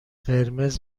قرمز